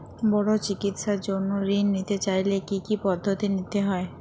বড় চিকিৎসার জন্য ঋণ নিতে চাইলে কী কী পদ্ধতি নিতে হয়?